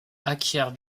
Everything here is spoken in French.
acquiert